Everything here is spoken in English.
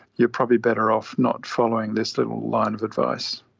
you're probably better off not following this little line of advice.